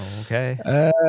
Okay